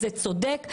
זה צודק,